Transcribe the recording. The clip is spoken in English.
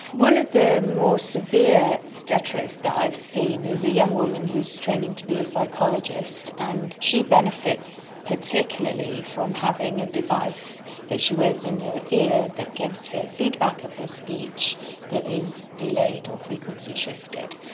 one of the more severe stutterers that i've seen is a young woman who is training to be a psychologist, and she benefits particularly from having a device that she wears in her ear that gives her feedback of her speech that is delayed or frequency shifted.